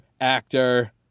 actor